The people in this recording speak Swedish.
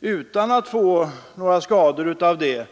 utan att få några skador av det.